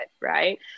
right